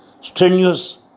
strenuous